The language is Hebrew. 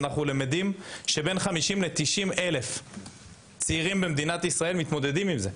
אנחנו למדים שבין 50,000 ל-90,000 צעירים במדינת ישראל מתמודדים עם זה,